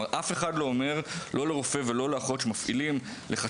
אף אחד לא אומר לאיש צוות רפואי שמפעיל לחצים